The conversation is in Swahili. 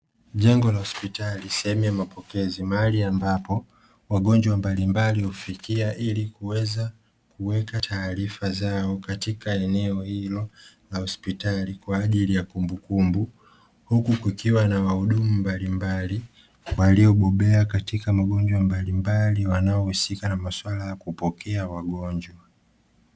Jengo la hospitali sehemu ya mapokezi mahali ambapo wagonjwa mbalimbali hufikia ilikuweza kuweka taarifa zao katika eneo hilo la hospitali kwa ajili ya kumbukumbu, huku kukiwa na wahudumu mbalimbali waliobobea katika magonjwa mbalimbali, wanaohusika na maswala ya kupokea wagonjwa.